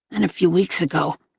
and a few weeks ago,